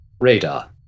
Radar